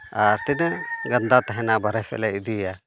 ᱟᱨ ᱛᱤᱱᱟᱹᱜ ᱜᱟᱱᱫᱷᱟ ᱛᱟᱦᱮᱱᱟ ᱵᱟᱦᱨᱮ ᱥᱮᱫ ᱞᱮ ᱤᱫᱤᱭᱟ